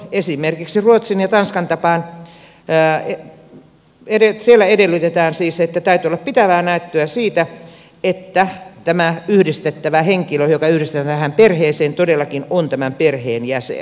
esimerkiksi ruotsissa ja tanskassa perheenyhdistämistä hakevilta edellytetään että täytyy olla pitävää näyttöä siitä että henkilö joka yhdistetään tähän perheeseen todellakin on tämän perheen jäsen